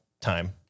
time